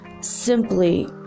simply